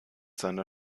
seiner